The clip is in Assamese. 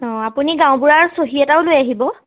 অ' আপুনি গাঁওবুঢ়াৰ চহী এটাও লৈ আহিব